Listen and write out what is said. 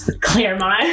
Claremont